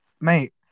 Mate